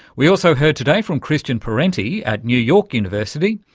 we also heard today from christian parenti at new york university,